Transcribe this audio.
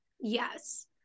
Yes